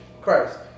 Christ